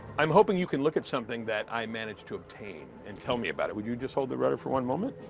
i'm hoping you can look at something that i managed to obtain and tell me about it. would you just hold the rudder for one moment?